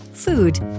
Food